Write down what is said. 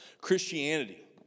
Christianity